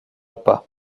pas